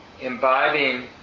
imbibing